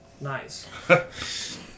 Nice